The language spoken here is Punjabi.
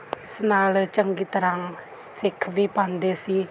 ਇਸ ਨਾਲ ਚੰਗੀ ਤਰ੍ਹਾਂ ਸਿੱਖ ਵੀ ਪਾਉਂਦੇ ਸੀ